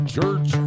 Church